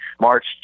March